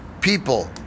people